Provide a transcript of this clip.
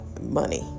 money